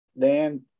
dan